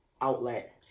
outlet